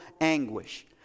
anguish